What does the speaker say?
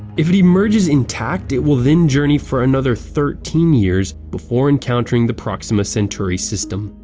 if it emerges intact it will then journey for another thirteen years before encountering the proxima centauri system.